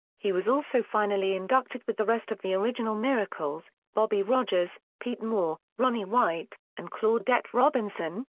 he was also finally inducted with the rest of the original miracles, bobby rogers, pete moore, ronnie white, and claudette robinson,